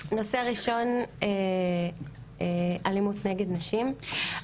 נושא ראשון, אלימות נגד נשים.